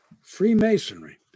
Freemasonry